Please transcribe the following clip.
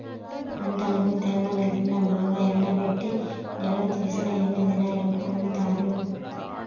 పంటను తేమ లేకుండా బాగా ఎండబెట్టి నిల్వచేసిన ఎన్ని దినాలకు అమ్ముతారు?